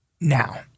Now